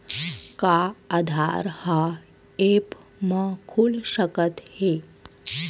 का आधार ह ऐप म खुल सकत हे?